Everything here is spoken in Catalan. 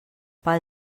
pel